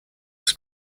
this